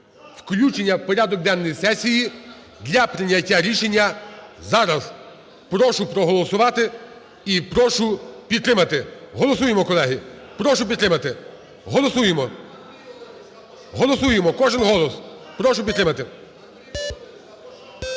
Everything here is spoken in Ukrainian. Включення в порядок денний сесії для прийняття рішення зараз. Прошу проголосувати і прошу підтримати. Голосуємо, колеги. Прошу підтримати. Голосуємо. Голосуємо, кожен голос. Прошу підтримати.